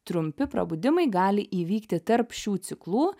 trumpi prabudimai gali įvykti tarp šių ciklų